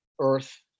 earth